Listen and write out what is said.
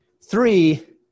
three